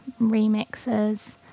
remixes